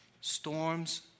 Storms